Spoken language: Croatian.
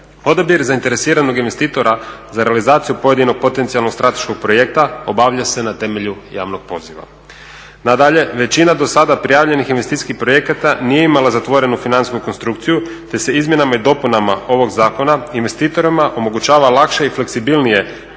Odabir zainteresiranog investitora za realizaciju pojedinom potencijalnog strateškog projekta obavlja se na temelju javnog poziva. Nadalje, većina do sada prijavljenih investicijskih projekata nije imala zatvorenu financijsku konstrukciju te se izmjenama i dopunama ovog zakona investitorima omogućava lakše i fleksibilnije